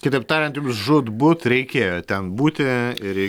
kitaip tariant jums žūtbūt reikėjo ten būti ir